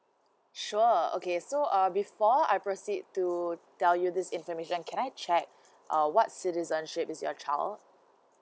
sure okay so err before I proceed to tell you this information can I check uh what citizenship is your child